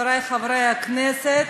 חברי חברי הכנסת,